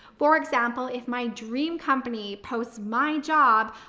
for example, if my dream company posts my job,